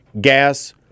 gas